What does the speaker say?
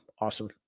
awesome